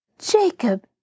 Jacob